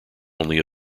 only